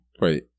Right